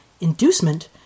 Inducement